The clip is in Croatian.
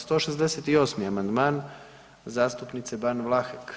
168. amandman zastupnice Ban Vlahek.